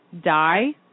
die